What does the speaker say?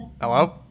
Hello